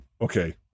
Okay